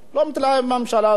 לא מתלהב מהממשלה הזאת,